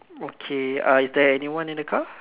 okay uh is there anyone in the car